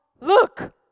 look